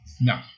No